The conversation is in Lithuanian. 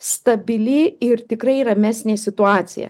stabili ir tikrai ramesnė situacija